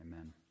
Amen